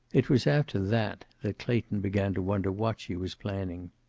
it was after that that clayton began to wonder what she was planning.